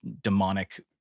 demonic